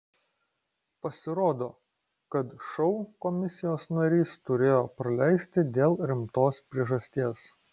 pasirodo kad šou komisijos narys turėjo praleisti dėl rimtos priežasties